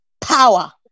power